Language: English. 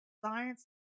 science